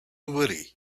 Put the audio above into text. worry